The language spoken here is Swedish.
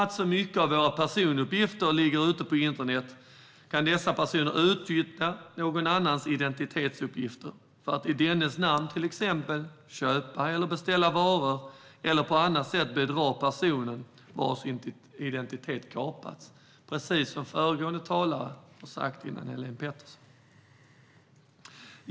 Genom att mycket av våra personuppgifter ligger på internet kan dessa personer utnyttja någon annans identitetsuppgifter för att i dennes namn till exempel köpa eller beställa varor eller på annat sätt bedra personen vars identitet kapats, precis som föregående talare, Helene Petersson, sa.